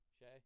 Shay